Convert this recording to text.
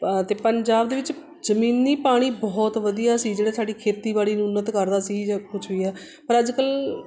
ਅ ਅਤੇ ਪੰਜਾਬ ਦੇ ਵਿੱਚ ਜਮੀਨੀ ਪਾਣੀ ਬਹੁਤ ਵਧੀਆ ਸੀ ਜਿਹੜਾ ਸਾਡੀ ਖੇਤੀਬਾੜੀ ਨੂੰ ਉੱਨਤ ਕਰਦਾ ਸੀ ਜਾਂ ਕੁਝ ਵੀ ਆ ਪਰ ਅੱਜ ਕੱਲ੍ਹ